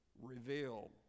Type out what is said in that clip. revealed